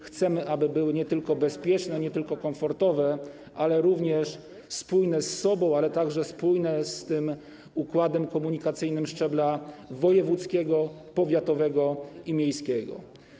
Chcemy, aby one były nie tylko bezpieczne, nie tylko komfortowe, ale również spójne ze sobą i spójne z tym układem komunikacyjnym szczebla wojewódzkiego, powiatowego i miejskiego.